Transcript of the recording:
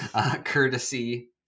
courtesy